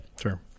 Sure